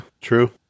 true